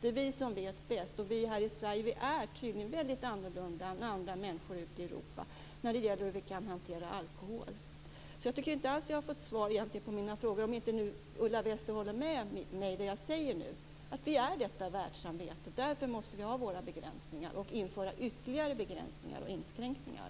Det är vi som vet bäst, och vi här i Sverige är tydligen väldigt annorlunda än andra människor i Europa när det gäller hur vi kan hantera alkohol. Jag tycker egentligen inte alls att jag har fått svar på mina frågor, om inte Ulla Wester håller med mig om det jag nu säger. Det är på grund av detta världssamvete som vi måste ha våra begränsningar och införa ytterligare begränsningar och inskränkningar.